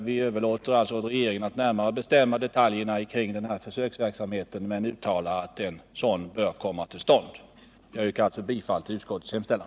Vi överlåter alltså åt regeringen att närmare bestämma detaljerna kring försöksverksamheten, men uttalar att en sådan bör komma till stånd. Herr talman! Jag yrkar bifall till utskottets hemställan.